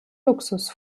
luxus